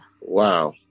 wow